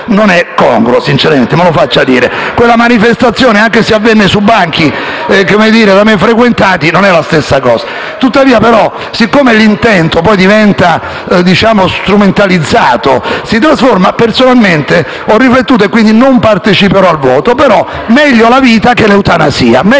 non è congruo (me lo faccia dire). Quella manifestazione, anche se avvenne su banchi da me frequentati, non è la stessa cosa. Tuttavia, siccome l'intento diventa strumentalizzato e si trasforma, personalmente ho riflettuto e quindi non parteciperò al voto. Dico, però: meglio la vita che l'eutanasia,